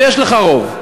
ויש לך רוב,